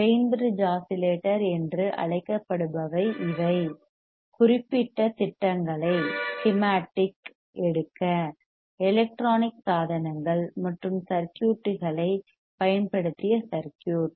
Wien bridge oscillator என்று அழைக்கப்படுபவை இவை குறிப்பிட்ட திட்டங்களை ஸ்செமாட்டிக் எடுக்க எலக்ட்ரானிக்ஸ் சாதனங்கள் மற்றும் சர்க்யூட்களைப் பயன்படுத்திய சர்க்யூட்